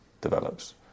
develops